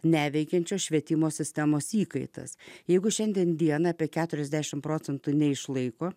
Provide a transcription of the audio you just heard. neveikiančios švietimo sistemos įkaitas jeigu šiandien dieną apie keturiasdešimt procentų neišlaiko